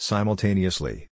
Simultaneously